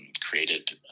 created